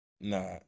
Nah